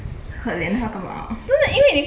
可怜她干嘛